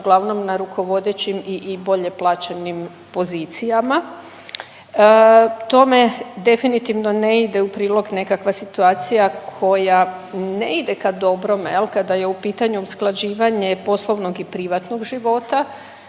uglavnom na rukovodećim i bolje plaćenim pozicijama. Tome definitivno ne ide u prilog nekakva situacija koja ne ide ka dobrome jel, kada je u pitanju usklađivanje poslovnog i privatnog života.